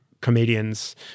comedians